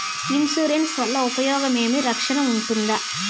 Insurance వల్ల ఉపయోగం ఏమి? రక్షణ ఉంటుందా?